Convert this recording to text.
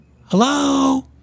hello